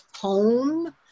home